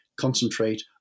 concentrate